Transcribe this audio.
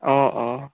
অঁ অঁ